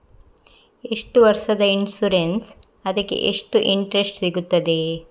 ಎಷ್ಟು ವರ್ಷದ ಇನ್ಸೂರೆನ್ಸ್ ಅದಕ್ಕೆ ಎಷ್ಟು ಇಂಟ್ರೆಸ್ಟ್ ಸಿಗುತ್ತದೆ?